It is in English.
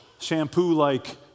shampoo-like